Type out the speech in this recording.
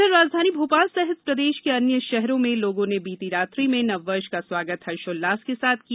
उधर राजधानी भोपाल सहित प्रदेश के अन्य शहरों में लोगों ने बीती रात्रि में नववर्ष का स्वागत हर्षोल्लास के साथ किया